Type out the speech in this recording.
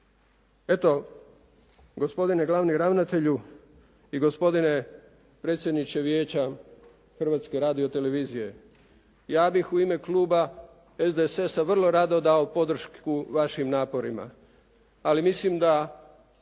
Eto, gospodine glavni ravnatelju i gospodine predsjedniče Vijeća Hrvatske radiotelevizije, ja bih u ime kluba SDSS-a vrlo rado dao podršku vašim naporima, ali mislim da